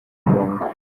ngombwa